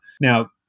now